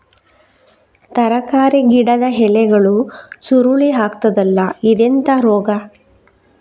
ತರಕಾರಿ ಗಿಡದ ಎಲೆಗಳು ಸುರುಳಿ ಆಗ್ತದಲ್ಲ, ಇದೆಂತ ರೋಗ?